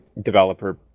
developer